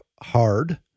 hard